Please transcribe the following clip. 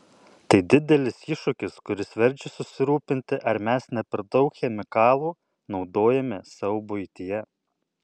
tai didelis iššūkis kuris verčia susirūpinti ar mes ne per daug chemikalų naudojame savo buityje